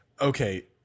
Okay